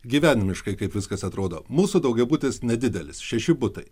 gyvenimiškai kaip viskas atrodo mūsų daugiabutis nedidelis šeši butai